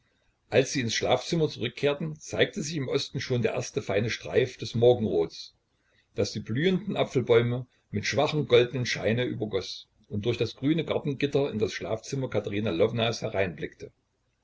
als sie ins schlafzimmer zurückkehrten zeigte sich im osten schon der erste feine streif des morgenrots das die blühenden apfelbäume mit schwachem goldenem scheine übergoß und durch das grüne gartengitter in das schlafzimmer katerina